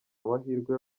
amahirwe